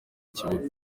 kibuga